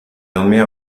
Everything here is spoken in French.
nommée